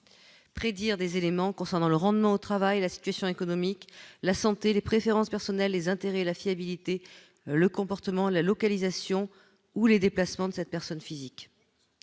prédire des éléments concernant le rendement au travail, la situation économique, la santé, les préférences personnelles, les intérêts, la fiabilité, le comportement, la localisation ou les déplacements de cette personne physique